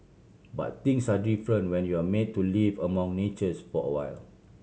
but things are different when you're made to live among natures for awhile